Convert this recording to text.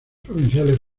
provinciales